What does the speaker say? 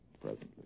Presently